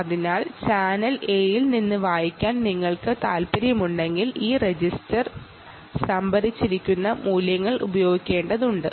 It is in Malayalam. അതിനാൽ ചാനൽ A യിലെ Irms റീഡ് ചെയ്യാൻ വേണ്ടി നിങ്ങൾ ഈ രജിസ്റ്ററിൽ ഉള്ള വാല്യുകൾ ഉപയോഗിക്കേണ്ടതുണ്ട്